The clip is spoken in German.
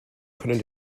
können